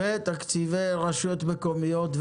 ותקציבי רשויות מקומיות,